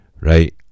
right